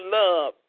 love